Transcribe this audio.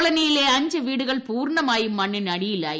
കോളനിയിലെ അഞ്ചു വീട്ടുകൾ ് പൂർണമായും മണ്ണിനടിയിലായി